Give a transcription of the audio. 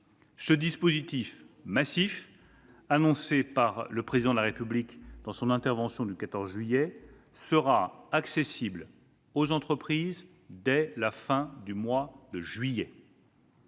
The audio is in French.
Ce dispositif, annoncé par le Président de la République lors de son intervention du 14 juillet, sera accessible dès la fin du mois de juillet.